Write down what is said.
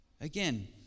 again